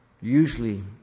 usually